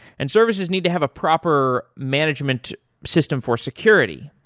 and services need to have a proper management system for security